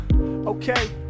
okay